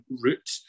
route